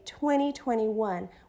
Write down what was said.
2021